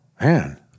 man